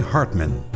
Hartman